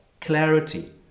clarity